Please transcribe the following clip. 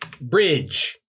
Bridge